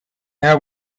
air